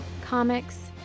comics